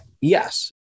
yes